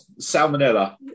Salmonella